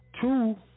two